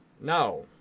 No